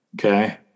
Okay